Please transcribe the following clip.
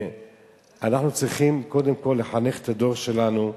ואנחנו צריכים קודם כול לחנך את הדור שלנו.